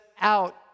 out